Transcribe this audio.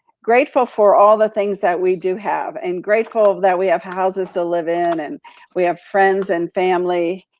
grateful for all the things that we do have and grateful that we have houses to live in and we have friends and family,